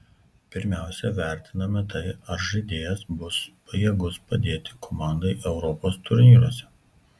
pirmiausia vertiname tai ar žaidėjas bus pajėgus padėti komandai europos turnyruose